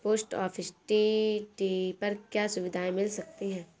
Post office TD पर क्या सुविधाएँ मिल सकती है?